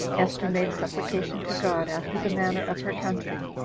esther made supplication to god after the manner of her country,